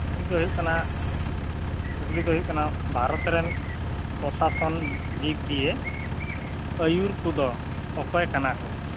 ᱠᱩᱠᱞᱤ ᱫᱚ ᱦᱩᱭᱩᱜ ᱠᱟᱱᱟ ᱠᱩᱠᱞᱤ ᱫᱚ ᱦᱩᱭᱩᱜ ᱠᱟᱱᱟ ᱵᱷᱟᱨᱚᱛ ᱨᱮᱱ ᱯᱨᱚᱥᱟᱥᱚᱱ ᱫᱤᱠ ᱫᱤᱭᱮ ᱟᱹᱭᱩᱨ ᱠᱚᱫᱚ ᱚᱠᱚᱭ ᱠᱟᱱᱟ ᱠᱚ